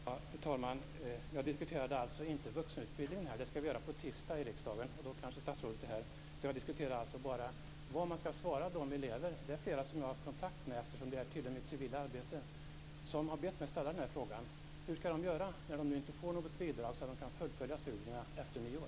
Fru talman! Jag diskuterade inte vuxenutbildningen. Det skall vi göra på tisdag i riksdagen, och då kanske statsrådet är här. Jag diskuterade bara vad man skall svara dessa elever. Jag har haft kontakt med flera av dem, eftersom det tillhör mitt civila arbete, och de har bett mig ställa den här frågan: Hur skall de göra när de nu inte får något bidrag så att de kan fullfölja studierna efter nyår?